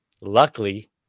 luckily